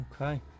Okay